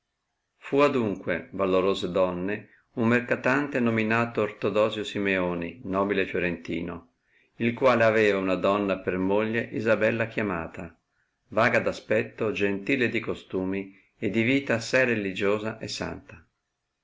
fu adunque valorose donne un mercatante nominato ortodosio simeoni nobile firentino il quale aveva una donna per moglie isabella chiamata vaga d aspetto gentile di costumi e di vita assai religiosa e santa